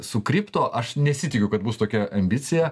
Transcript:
su kripto aš nesitikiu kad bus tokia ambicija